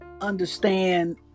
understand